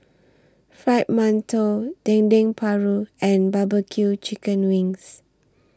Fried mantou Dendeng Paru and Barbecue Chicken Wings